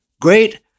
great